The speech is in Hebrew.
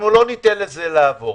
לא ניתן לזה לעבור.